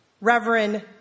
Reverend